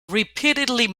repeatedly